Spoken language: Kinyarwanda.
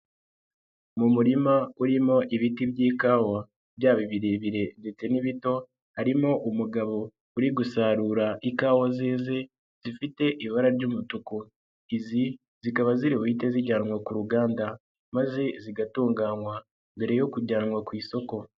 Mu murima urimo ibiti by'ikawa byaba ibirebire ndetse n'ibito, harimo umugabo uri gusarura ikawa zeze zifite ibara ry'umutuku, izi zikaba ziri buhita zijyanwa ku ruganda maze zigatunganywa mbere yo kujyanwa ku isoko.